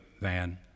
van